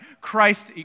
Christ